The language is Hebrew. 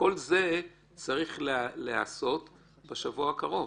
וכל זה צריך להיעשות בשבוע הקרוב.